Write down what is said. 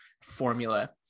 formula